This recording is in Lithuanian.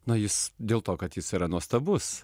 na jis dėl to kad jis yra nuostabus